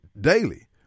daily